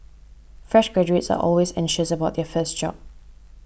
fresh graduates are always anxious about their first job